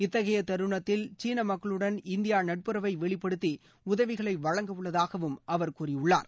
இத்தகைய தருனத்தில் சீனா மக்களுடன் இந்தியா நட்புறவை வெளிப்படுத்தி உதவிகளை வழங்கவுள்ளதாகவும் அவர் கூறியுள்ளார்